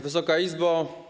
Wysoka Izbo!